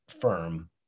firm